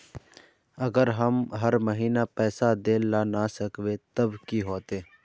अगर हम हर महीना पैसा देल ला न सकवे तब की होते?